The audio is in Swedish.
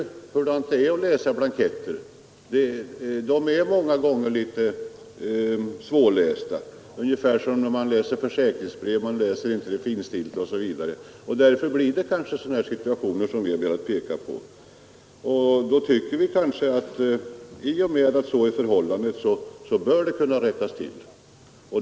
Vi vet att dessa blanketter många gånger är litet svårlästa. Det är ungefär som med försäkringsbrev; man läser inte det finstilta. Därför uppstår det kanske sådana här situationer. I och med att så tydligen är förhållandet så bör det kunna ske en rättelse.